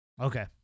Okay